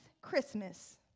Christmas